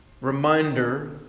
reminder